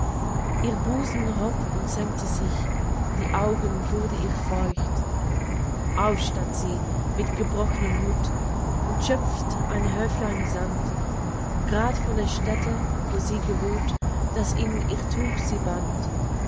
ihr busen hob und senkte sich die augen wurden ihr feucht auf stand sie mit gebrochnem muth und schöpft ein häuflein sand grad von der stätte wo sie geruht das in ihr tuch sie band